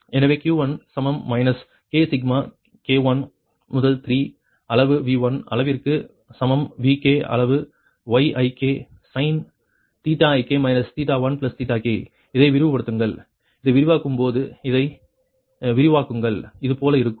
எனவே Q1 சமம் minus k sigma k 1 முதல் 3 அளவு V1 அளவிற்கு சமம் Vk அளவு Y1k sin θ1k 1k இதை விரிவுபடுத்துங்கள் இதை விரிவாக்கும் போது இதை விரிவாக்குங்கள் இது போல இருக்கும்